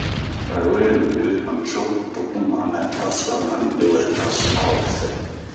A we luwiri hanitio ,to bun ma nɛɛ a o sura ma leewɛɛ, a o fɛɛ.